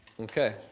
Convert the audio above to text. Okay